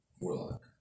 Warlock